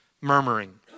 murmuring